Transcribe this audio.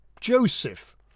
Joseph